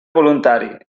voluntari